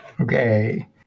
Okay